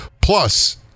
Plus